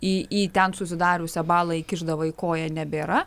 į į ten susidariusią balą įkišdavai koją nebėra